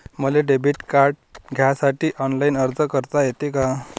मले debit card घ्यासाठी online अर्ज करता येते का?